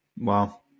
Wow